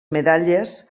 medalles